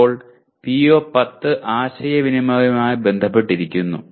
അപ്പോൾ PO10 ആശയവിനിമയവുമായി ബന്ധപ്പെട്ടിരിക്കുന്നു